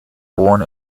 born